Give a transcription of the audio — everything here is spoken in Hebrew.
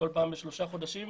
כל פעם בשלושה חודשים.